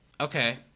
Okay